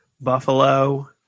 Buffalo